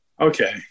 Okay